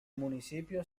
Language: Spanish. municipio